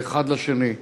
האחד לשני.